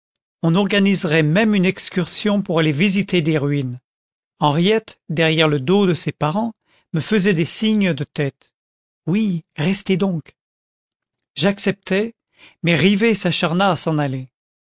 on organiserait même une excursion pour aller visiter des ruines henriette derrière le dos de ses parents me faisait des signes de tête oui restez donc j'acceptais mais rivet s'acharna à s'en aller